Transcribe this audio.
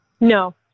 No